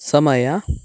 ಸಮಯ